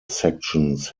sections